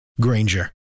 Granger